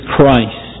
Christ